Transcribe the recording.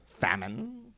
Famine